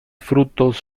frutos